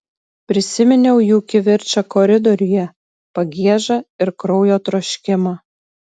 prisiminiau jų kivirčą koridoriuje pagiežą ir kraujo troškimą